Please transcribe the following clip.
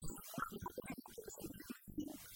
וחוץ מזה, מה פירוש המילים